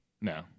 No